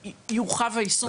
של מועצת התלמידים והנוער הארצית,